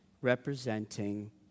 representing